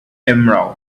emerald